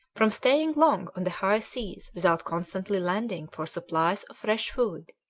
from staying long on the high seas without constantly landing for supplies of fresh food.